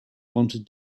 wanted